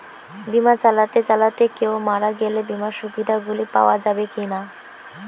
বিমা চালাতে চালাতে কেও মারা গেলে বিমার সুবিধা গুলি পাওয়া যাবে কি না?